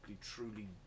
truly